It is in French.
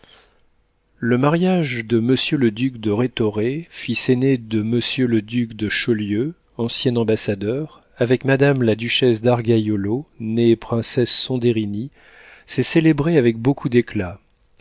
le mariage de monsieur le duc de rhétoré fils aîné de monsieur le duc de chaulieu ancien ambassadeur avec madame la duchesse d'argaiolo née princesse soderini s'est célébré avec beaucoup d'éclat